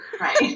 Right